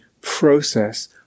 process